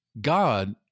God